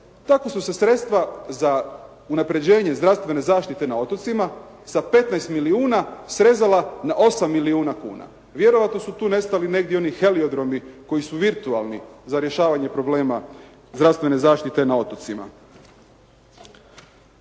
Tako su se sredstva za unapređenje zdravstvene zaštite na otocima sa 15 milijuna srezala na 8 milijuna kuna. Vjerojatno su tu nestali negdje oni heliodromi koji su virtualni za rješavanje problema zdravstvene zaštite na otocima.